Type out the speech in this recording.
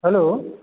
hello